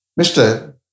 Mr